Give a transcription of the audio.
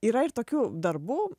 yra ir tokių darbų